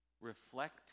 reflect